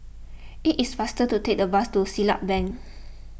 it is faster to take the bus to Siglap Bank